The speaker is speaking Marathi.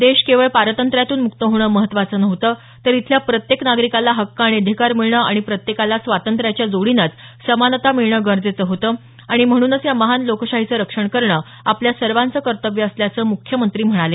देश केवळ पारतंत्र्यातून मुक्त होणं महत्वाचं नव्हतं तर इथल्या प्रत्येक नागरिकाला हक्क आणि अधिकार मिळणं आणि प्रत्येकाला स्वातंत्र्यांच्या जोडीनेच समानता मिळणं गरजेचं होतं आणि म्हणूनच या महान लोकशाहीचं रक्षण करणं आपल्या सर्वांचं कर्तव्य असल्याचं मुख्यमंत्री म्हणाले